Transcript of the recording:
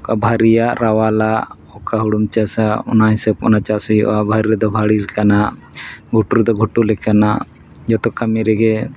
ᱚᱱᱠᱟ ᱵᱷᱟᱹᱨᱤᱭᱟᱜ ᱨᱟᱣᱟᱞᱟᱜ ᱚᱠᱟ ᱦᱳᱲᱳᱢ ᱪᱟᱥᱟ ᱚᱱᱟ ᱦᱤᱥᱟᱹᱵ ᱚᱱᱟ ᱪᱟᱥ ᱦᱩᱭᱩᱜᱼᱟ ᱵᱷᱟᱹᱲᱤ ᱨᱮᱫᱚ ᱵᱷᱟᱹᱲᱤ ᱞᱮᱠᱟᱱᱟᱜ ᱜᱷᱩᱴᱩ ᱨᱮᱫᱚ ᱜᱷᱩᱴᱩ ᱞᱮᱠᱟᱱᱟᱜ ᱡᱚᱛᱚ ᱠᱟᱹᱢᱤ ᱨᱮᱜᱮ